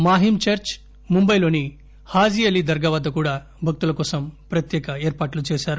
Mahim church ముంబాయిలోని హాజీ అలీ దర్గా వద్ద భక్తుల కోసం ప్రత్యేక ఏర్పాట్లు చేశారు